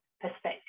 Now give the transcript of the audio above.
perspective